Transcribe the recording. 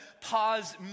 pause